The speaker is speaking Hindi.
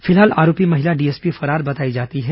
फिलहाल आरोपी महिला डीएसपी फरार बताई जा रही है